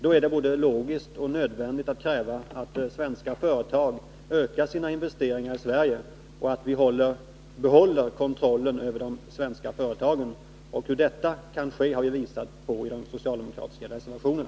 Då är det både logiskt och nödvändigt att kräva att svenska företag ökar sina investeringar i Sverige och att vi behåller kontrollen över de svenska företagen. Hur detta skall ske har vi visat på i de socialdemokratiska reservationerna.